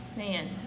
Man